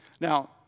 Now